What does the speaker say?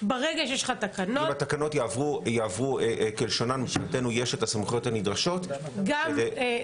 אם התקנות יעברו כלשונן זה נותן לנו את הסמכויות הנדרשות --- לאכוף,